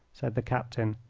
said the captain,